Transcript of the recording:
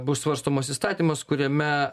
bus svarstomas įstatymas kuriame